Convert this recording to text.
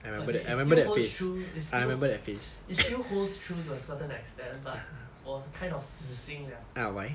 okay it still holds true it still holds true to a certain extent but 我 kind of 死心了